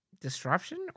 disruption